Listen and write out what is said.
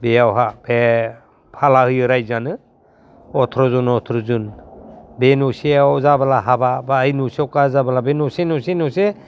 बेयावहा बे फाला होयो रायजोआनो अथ्र'जन अथ्र'जन बे न'सेयाव जाब्ला हाबा बा ओइ न'सेयाव कास जाब्ला बे न'से न'से